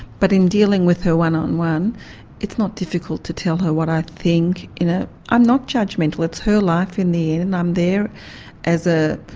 but in dealing with her one on one it's not difficult to tell her what i think in a. i'm not judgmental, it's her life in the end, and i'm there as a,